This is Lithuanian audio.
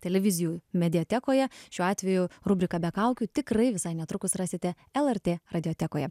televizijų mediatekoje šiuo atveju rubriką be kaukių tikrai visai netrukus rasite lrt radiotekoje